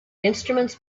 instruments